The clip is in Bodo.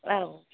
औ